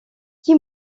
qui